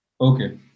Okay